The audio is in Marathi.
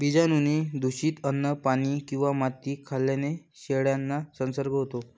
बीजाणूंनी दूषित अन्न, पाणी किंवा माती खाल्ल्याने शेळ्यांना संसर्ग होतो